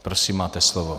Prosím, máte slovo.